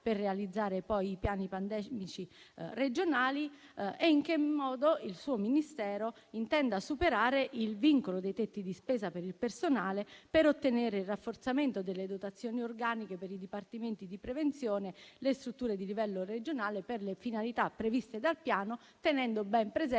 per realizzare i piani pandemici regionali; in che modo il suo Ministero intenda superare il vincolo dei tetti di spesa per il personale, per ottenere il rafforzamento delle dotazioni organiche per i dipartimenti di prevenzione, per le strutture di livello regionale, per le finalità previste dal piano, tenendo ben presente